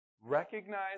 recognize